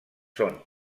són